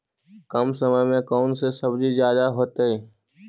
कम समय में कौन से सब्जी ज्यादा होतेई?